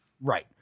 Right